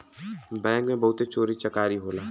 bank में बहुते चोरी चकारी होला